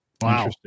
wow